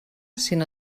sinó